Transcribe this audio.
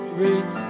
reach